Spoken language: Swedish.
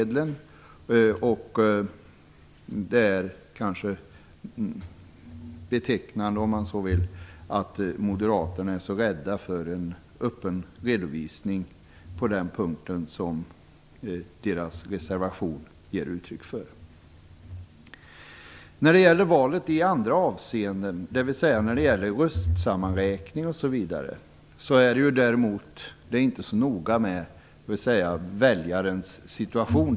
Det är kanske betecknande, om man så vill, att moderaterna är så rädda för en sådan öppen redovisning, vilket deras reservation ger uttryck för. Däremot berör inte andra avseenden av valet, t.ex. röstsammanräkningen, väljaren.